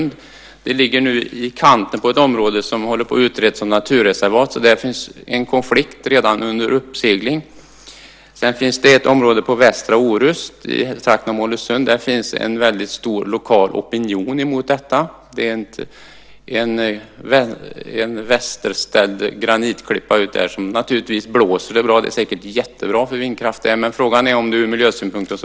Det ligger i kanten av ett område som håller på att utredas som naturreservat. Här finns alltså en konflikt under uppsegling redan från starten. Ett annat område ligger på västra Orust i trakten av Mollösund. Där finns en stark lokal opinion mot detta. Det handlar om en västerställd granitklippa där det naturligtvis blåser bra. Den är säkert jättebra för vindkraft, men frågan är om den är så bra ur miljösynpunkt.